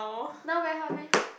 now very hot meh